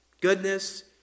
goodness